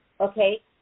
okay